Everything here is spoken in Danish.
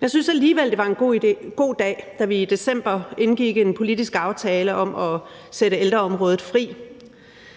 jeg synes alligevel, at det var en god dag, da vi i december indgik en politisk aftale om at sætte ældreområdet fri.